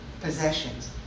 possessions